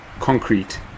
concrete